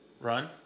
Run